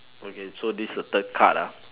okay so is the third card ah